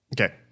Okay